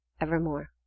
evermore